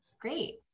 Great